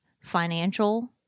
Financial